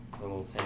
little